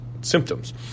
symptoms